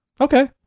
Okay